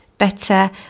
better